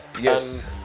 yes